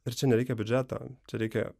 ir čia nereikia biudžeto čia reikia